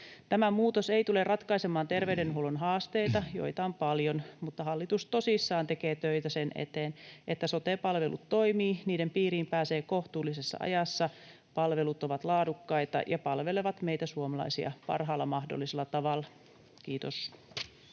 Tämä muutos ei tule ratkaisemaan terveydenhuollon haasteita, joita on paljon, mutta hallitus tosissaan tekee töitä sen eteen, että sote-palvelut toimivat, niiden piiriin pääsee kohtuullisessa ajassa ja palvelut ovat laadukkaita ja palvelevat meitä suomalaisia parhaalla mahdollisella tavalla. — Kiitos.